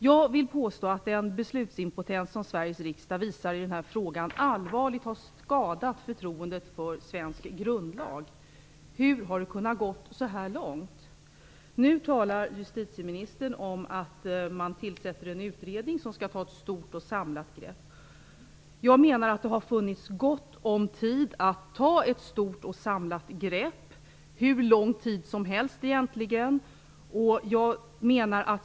Jag vill påstå att den beslutsimpotens som Sveriges riksdag visar i den här frågan allvarligt har skadat förtroendet för svensk grundlag. Hur har det kunnat gå så här långt? Nu talar justitieministern om att man tillsätter en utredning, som skall ta ett stort och samlat grepp. Jag menar att det har funnits gott om tid att ta ett stort och samlat grepp, hur lång tid som helst egentligen.